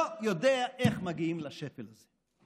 לא יודע איך מגיעים לשפל הזה.